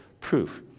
proof